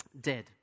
dead